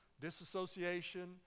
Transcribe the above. disassociation